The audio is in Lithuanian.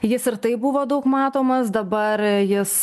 jis ir taip buvo daug matomas dabar jis